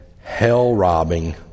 hell-robbing